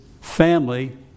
family